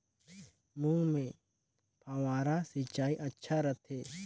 मूंग मे फव्वारा सिंचाई अच्छा रथे?